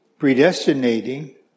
predestinating